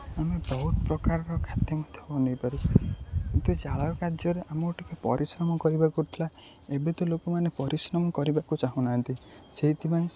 ଆମେ ବହୁତ ପ୍ରକାରର ଖାଦ୍ୟ ମଧ୍ୟ ବନେଇପାରୁ କିନ୍ତୁ ଜାଳ କାର୍ଯ୍ୟରେ ଆମକୁ ଟିକିଏ ପରିଶ୍ରମ କରିବାକୁଥିଲା ଏବେ ତ ଲୋକମାନେ ପରିଶ୍ରମ କରିବାକୁ ଚାହୁଁନାହାନ୍ତି ସେଥିପାଇଁ